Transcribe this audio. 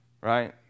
right